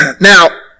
Now